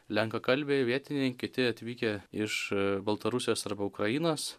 lenkakalbiai vietiniai kiti atvykę iš baltarusijos arba ukrainos